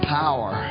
power